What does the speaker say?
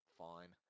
fine